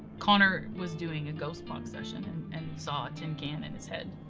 connor was doing a ghost box session and saw a tin can in his head.